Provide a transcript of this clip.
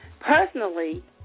Personally